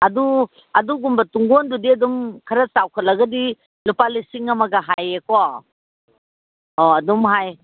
ꯑꯗꯨ ꯑꯗꯨꯒꯨꯝꯕ ꯇꯨꯡꯒꯣꯟꯗꯨꯗꯤ ꯑꯗꯨꯝ ꯈꯔ ꯆꯥꯎꯈꯠꯂꯒꯗꯤ ꯂꯨꯄꯥ ꯂꯤꯁꯤꯡ ꯑꯃꯒ ꯍꯥꯏꯌꯦꯀꯣ ꯑꯣ ꯑꯗꯨꯝ ꯍꯥꯏ